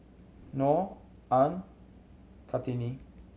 Noh Ain Kartini